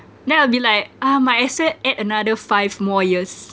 then I'll be like uh my asset add another five more years